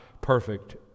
perfect